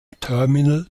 terminal